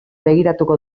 begiratuko